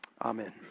Amen